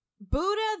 Buddha